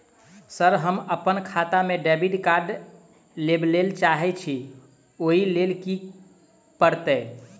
Sir हम अप्पन खाता मे डेबिट कार्ड लेबलेल चाहे छी ओई लेल की परतै?